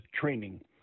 training